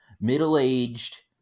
middle-aged